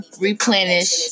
replenish